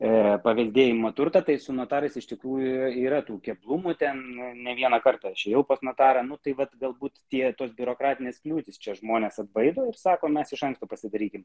ir paveldėjimo turtą tai su notarais iš tikrųjų yra tų keblumų ten ne vieną kartą išėjau pas notarą nu tai vat galbūt tie tos biurokratinės kliūtys čia žmones atbaido ir sako mes iš anksto pasidarykime